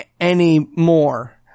anymore